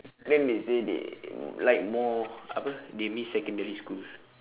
then they say they like more apa they miss secondary school